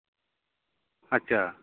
ᱟᱪᱪᱷᱟ